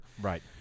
right